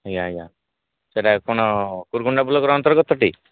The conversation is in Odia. ଆଜ୍ଞା ଆଜ୍ଞା ସେଇଟା କ'ଣ କୁରକୁଣ୍ଡା ବ୍ଲକର ଅନ୍ତର୍ଗତଟି